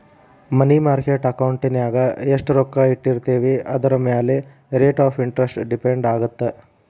ಮನಿ market ಅಕೌಂಟಿನ್ಯಾಗ ಎಷ್ಟ್ ರೊಕ್ಕ ಇಟ್ಟಿರ್ತೇವಿ ಅದರಮ್ಯಾಲೆ ರೇಟ್ ಆಫ್ ಇಂಟರೆಸ್ಟ್ ಡಿಪೆಂಡ್ ಆಗತ್ತ